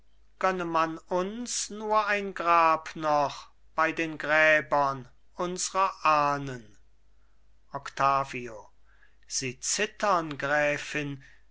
gönne man uns nur ein grab noch bei den gräbern unsrer ahnen octavio sie zittern gräfin